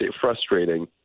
frustrating